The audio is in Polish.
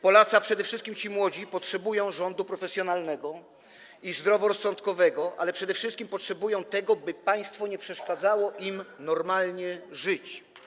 Polacy, a przede wszystkim ci młodzi, potrzebują rządu profesjonalnego i zdroworozsądkowego, ale przede wszystkim potrzebują, by państwo nie przeszkadzało im normalnie żyć.